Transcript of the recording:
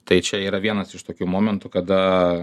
tai čia yra vienas iš tokių momentų kada